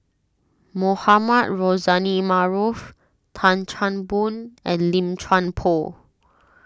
Mohamed Rozani Maarof Tan Chan Boon and Lim Chuan Poh